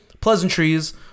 pleasantries